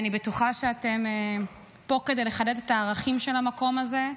אני בטוחה שאתם פה כדי לחדד את הערכים של המקום הזה,